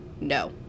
no